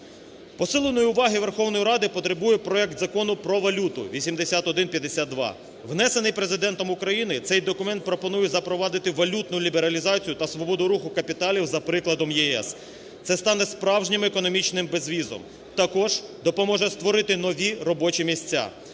Посиленої уваги Верховної Ради потребує проект Закону про валюту, 8152, внесений Президентом України. Цей документ пропонує запровадити валютну лібералізацію та свободу руху капіталів за прикладом ЄС. Це стане справжнім економічним безвізом, також допоможе створити нові робочі місця.